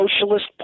socialist